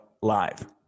live